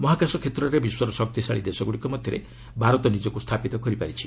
ମହାକାଶ କ୍ଷେତ୍ରରେ ବିଶ୍ୱର ଶକ୍ତିଶାଳୀ ଦେଶଗୁଡ଼ିକ ମଧ୍ୟରେ ଭାରତ ନିଜକୁ ସ୍ଥାପିତ କରିପାରିଛି